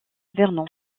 vernon